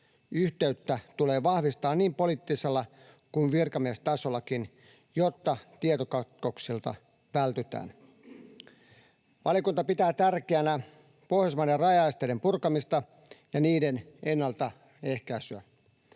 yhteyttä tulee vahvistaa niin poliittisella kuin virkamiestasollakin, jotta tietokatkoksilta vältytään. Valiokunta pitää tärkeänä Pohjoismaiden rajaesteiden purkamista ja niiden ennaltaehkäisyä.